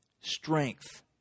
strength